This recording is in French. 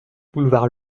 boulevard